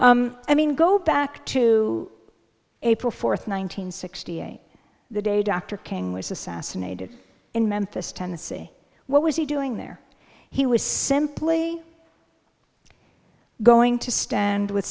i mean go back to april fourth one nine hundred sixty eight the day dr king was assassinated in memphis tennessee what was he doing there he was simply going to stand with